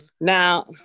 Now